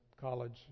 college